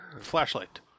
Flashlight